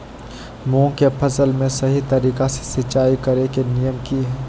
मूंग के फसल में सही तरीका से सिंचाई करें के नियम की हय?